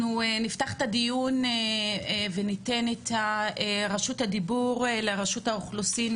אנחנו נפתח את הדיון וניתן את רשות הדיבור לרשות האוכלוסין,